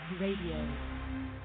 Radio